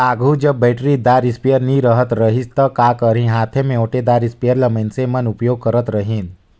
आघु जब बइटरीदार इस्पेयर नी रहत रहिस ता का करहीं हांथे में ओंटेदार इस्परे ल मइनसे मन उपियोग करत रहिन